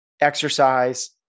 exercise